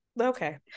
okay